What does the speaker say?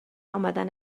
امدن